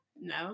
no